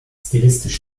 stilistisch